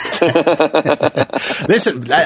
Listen